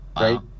right